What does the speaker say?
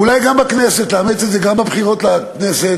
אולי הכנסת תאמץ את זה גם לבחירות לכנסת.